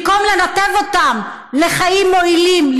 במקום לנתב אותם לחיים מועילים,